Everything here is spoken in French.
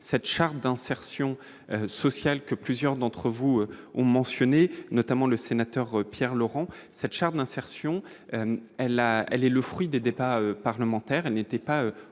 cette charte d'insertion sociale, que plusieurs d'entre vous ont mentionné notamment le sénateur Pierre Laurent, cette charte d'insertion, elle a, elle est le fruit des débats parlementaires,